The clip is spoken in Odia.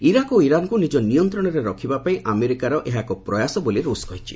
ଇରାକ୍ ଓ ଇରାନ୍କୁ ନିଜ ନିୟନ୍ତରରେ ରଖିବାପାଇଁ ଆମେରିକାର ଏହା ଏକ ପ୍ରୟାସ ବୋଲି ରୁଷ୍ କହିଛି